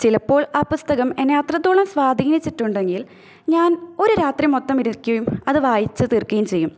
ചിലപ്പോള് ആ പുസ്തകം എന്നെ അത്രത്തോളം സ്വാധീനിച്ചിട്ടുണ്ടെങ്കില് ഞാന് ഒരു രാത്രി മൊത്തം ഇരിക്കും അത് വായിച്ചു തീര്ക്കുകയും ചെയ്യും